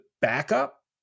backup